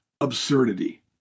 absurdity